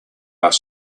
are